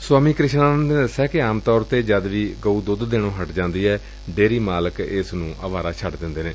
Swami Krishnanand ਨੇ ਦਸਿਆ ਕਿ ਆਮ ਤੌਰ ਤੇ ਜਦ ਵੀ ਗਊ ਦੁੱਧ ਦੇਣੋ ਹਟ ਜਾਂਦੀ ਏ ਡੇਅਰੀ ਮਾਲਕ ਇਸ ਨੂੰ ਅਵਾਰਾ ਛੱਡ ਦਿਦੇ ਨੇ